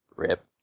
rip